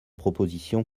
propositions